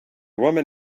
woman